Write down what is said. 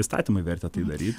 įstatymai vertė tai daryt